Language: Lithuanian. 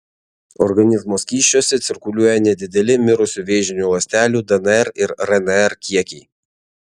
organizmo skysčiuose cirkuliuoja nedideli mirusių vėžinių ląstelių dnr ir rnr kiekiai